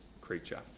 creature